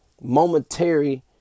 momentary